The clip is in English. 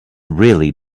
really